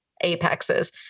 apexes